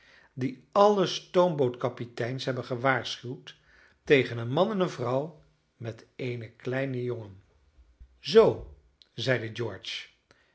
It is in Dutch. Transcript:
die alle stoombootkapiteins hebben gewaarschuwd tegen een man en vrouw met eenen kleinen jongen zoo zeide george